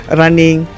running